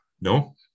No